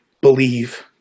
believe